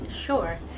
Sure